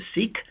seek